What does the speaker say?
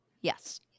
Yes